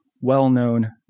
well-known